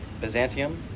Byzantium